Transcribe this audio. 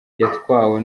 yatwawe